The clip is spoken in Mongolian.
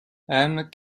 аймаг